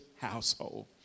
household